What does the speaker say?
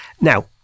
Now